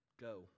go